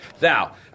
now